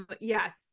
Yes